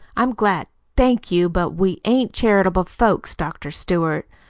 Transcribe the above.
i'm glad thank you, but we ain't charitable folks, dr. stewart,